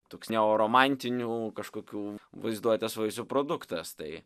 toks neoromantinių kažkokių vaizduotės vaisių produktas tai